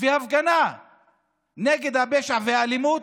והפגנה נגד הפשע והאלימות,